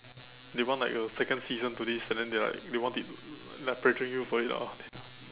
they want like a second season to this and then they like they want it like pressuring you for it ah